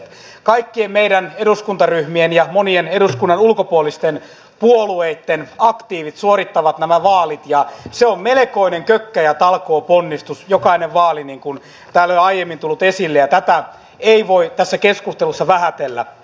kaikkien meidän eduskuntaryhmien ja monien eduskunnan ulkopuolisten puolueitten aktiivit suorittavat nämä vaalit ja se on melkoinen kökkä ja talkooponnistus jokainen vaali niin kuin täällä on jo aiemmin tullut esille ja tätä ei voi tässä keskustelussa vähätellä